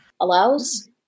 allows